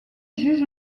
juge